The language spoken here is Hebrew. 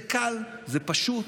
זה קל, זה פשוט.